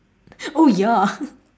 oh ya